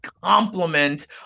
complement